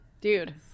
Dude